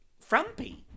frumpy